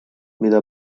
mida